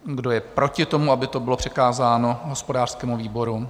Kdo je proti tomu, aby to bylo přikázáno hospodářskému výboru?